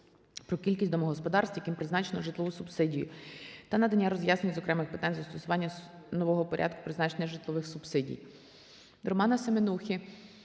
про кількість домогосподарств, яким призначено житлову субсидію, та надання роз'яснень з окремих питань застосування нового Порядку призначення житлових субсидій.